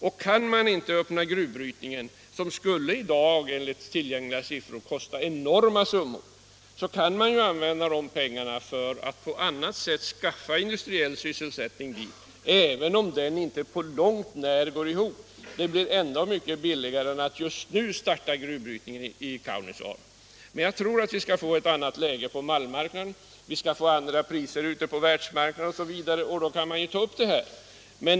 Och kan man inte öppna gruvbrytningen, som i dag enligt tillgängliga siffror skulle kosta enorma summor, kan man ju använda de pengarna för att på annat sätt skaffa industriell sysselsättning dit — även om den inte på långt när går ihop. Det blir ändå mycket billigare än att just nu starta gruvbrytningen i Kaunisvaara. Men jag tror att vi kommer att få ett annat läge på malmmarknaden, vi kommer att få andra priser ute på världsmarknaden osv., och då kan man ju ta upp det här igen.